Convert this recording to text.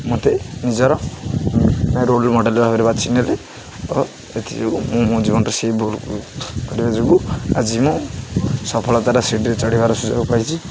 ମୋତେ ନିଜର role model ଭାବରେ ବାଛି ନେଲେ ତ ଏଥିଯୋଗୁଁ ମୁଁ ମୋ ଜୀବନରେ ସେଇ ଭୁଲ୍ କରିବା ଯୋଗୁଁ ଆଜି ମୁଁ ସଫଳତାରା ସିଢ଼ିରେ ଚଢ଼ିବାର ସୁଯୋଗ ପାଇଛି